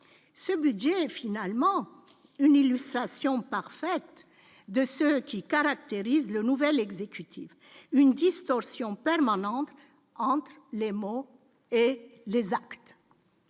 ce budget est finalement une illustration parfaite de ce qui caractérise le nouvel exécutif une distorsion permanente entre les mots et les actes,